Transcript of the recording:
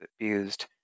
abused